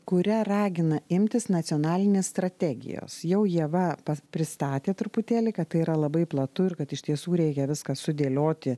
kuria ragina imtis nacionalinės strategijos jau ieva pas pristatė truputėlį kad tai yra labai platu ir kad iš tiesų reikia viską sudėlioti